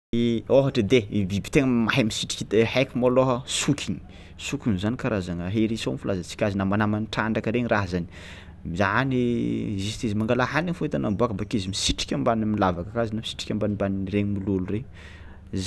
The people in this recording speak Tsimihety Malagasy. I ôhatry edy ai i biby tegna mahay misitriky te- haiko malôha sokiny, sokiny zany karazagna hérisson filazantsika azy namanaman'ny trandraka regny raha zany, zany juste izy mangala haniny fao hitanao miboàka bakeo izy misitriky ambany am'lavaka karaha zany na misitriky ambanimban'iregny mololo regny, z-.